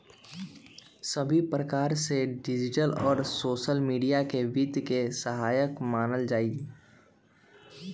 सभी प्रकार से डिजिटल और सोसल मीडिया के वित्त के सहायक मानल जाहई